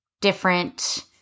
different